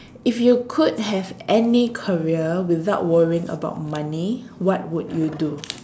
if you could have any career without worrying about money what would you do